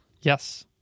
Yes